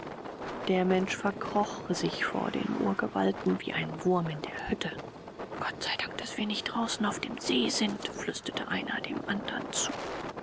der mensch verkroch sich vor den gewalten wie ein wurm in der hütte gott sei dank daß wir nicht draußen auf dem see sind flüsterte einer dem andern zu